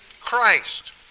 Christ